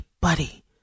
buddy